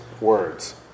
words